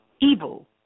evil